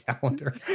calendar